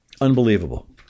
Unbelievable